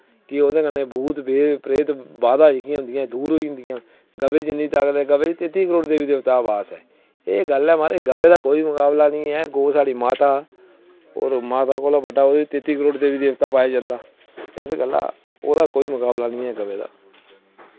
कि ओह्दे कन्नै जेह्का भूत प्रेत ते बाधा जेह्कियां दूर होई जंदियां ते गवै च तेती करोड़ देवी देवतें दा जेह्का बास ऐ एह् गल्ल ऐ म्हाराज गवै कन्नै कोई मुकाबला निं ऐ गौऽ साढ़ी माता ते माता ई ओह् तेती करोड़ देवी देवता पाया जंदा इस गल्ला ओह्दा कोई मुकाबला निं ऐ गवै दा